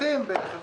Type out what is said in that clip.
20 בתים בחברון.